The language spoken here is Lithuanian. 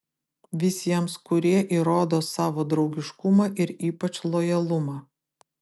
visiems kurie įrodo savo draugiškumą ir ypač lojalumą